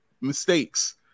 mistakes